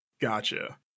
gotcha